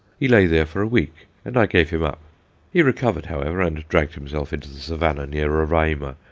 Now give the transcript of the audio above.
he lay there for a week, and i gave him up he recovered, however, and dragged himself into the savannah near roraima,